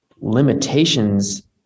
limitations